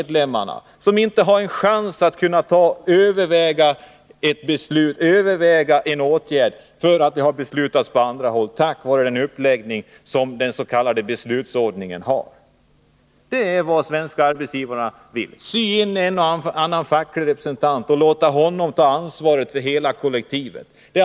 De har inte en chans att överväga en åtgärd, eftersom beslut har fattats på annat håll — på grund av uppläggningen av den s.k. beslutsordningen. Detta är vad Svenska arbetsgivareföreningen vill: sy in en och annan facklig representant och låta honom ta ansvaret för hela kollektivet.